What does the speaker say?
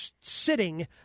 sitting